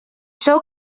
sou